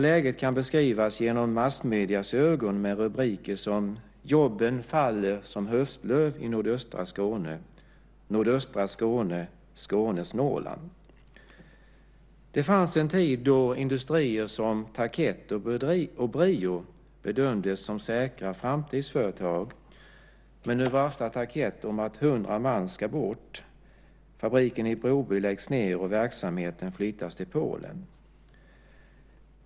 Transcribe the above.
Läget kan beskrivas genom massmediernas ögon med till exempel följande rubriker: "Jobben faller som höstlöv i nordöstra Skåne" och "Nordöstra Skåne - Skånes Norrland". Det fanns en tid då industrier som Tarkett och Brio bedömdes som säkra framtidsföretag, men nu varslar Tarkett om att hundra man ska bort, fabriken i Broby läggs ned och verksamheten flyttas till Polen.